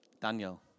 Daniel